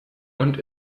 und